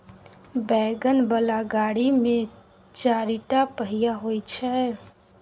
wagon बला गाड़ी मे चारिटा पहिया होइ छै